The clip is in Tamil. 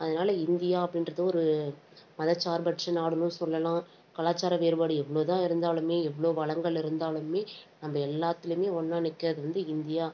அதனால இந்தியா அப்படின்றது ஒரு மதச்சார்பற்ற நாடுனும் சொல்லலாம் கலாச்சார வேறுபாடு எவ்வளோதான் இருந்தாலுமே எவ்வளோ வளங்கள் இருந்தாலுமே அந்த எல்லாத்துலேயுமே ஒன்றா நிற்கிறது வந்து இந்தியா